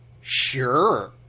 sure